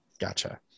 Gotcha